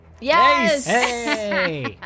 Yes